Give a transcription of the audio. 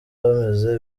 bameze